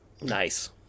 Nice